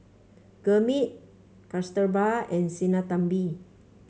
Gurmeet Kasturba and Sinnathamby